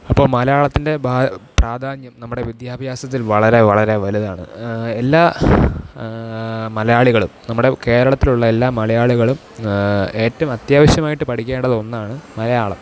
അപ്പോൾ മലയാളത്തിൻ്റെ പ്രാധാന്യം നമ്മുടെ വിദ്യാഭ്യാസത്തിൽ വളരെ വളരെ വലുതാണ് എല്ലാ മലയാളികളും നമ്മുടെ കേരളത്തിലുള്ള എല്ലാ മലയാളികളും ഏറ്റവും അത്യാവശ്യമായിട്ട് പഠിക്കേണ്ടത് ഒന്നാണ് മലയാളം